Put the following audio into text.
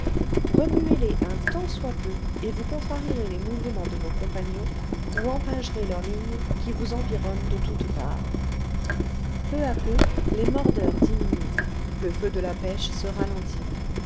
remuez les un tant soit peu et vous contrarierez les mouvements de vos compagnons ou empingerez leurs lignes qui vous environnent de toutes parts peu à peu les mordeurs diminuent le feu de la pêche se ralentit